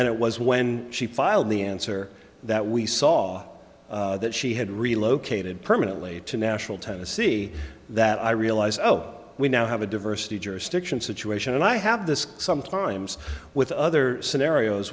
then it was when she filed the answer that we saw that she had relocated permanently to nashville tennessee that i real so we now have a diversity jurisdiction situation and i have this sometimes with other scenarios